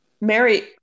Mary